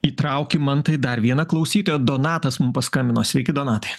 įtraukim mantai dar vieną klausytoją donatas mum paskambino sveiki donatai